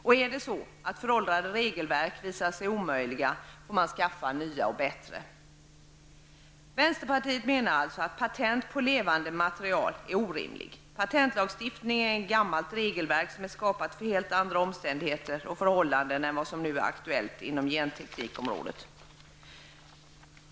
Om det visar sig att föråldrade regelverk är omöjliga, får man skaffa fram nya och bättre. Vi i vänsterpartiet menar alltså att patent på levande material är orimligt. Patentlagstiftningen är ett gammalt regelverk som är skapat för helt andra omständigheter och förhållanden än vad som nu är aktuella inom genteknikområdet.